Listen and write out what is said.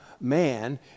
man